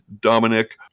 Dominic